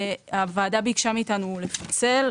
הוועדה ביקשה מאיתנו לפצל,